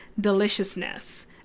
deliciousness